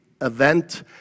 event